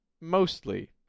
mostly